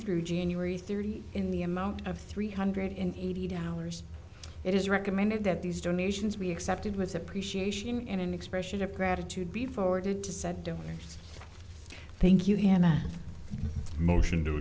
through january thirty in the amount of three hundred eighty dollars it is recommended that these donations be accepted was appreciation in an expression of gratitude be forwarded to said thank you hannah motion